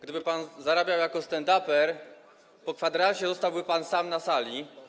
Gdyby pan zarabiał jako stand-uper, po kwadransie zostałby pan sam na sali.